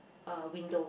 a window